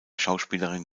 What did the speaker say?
schauspielerin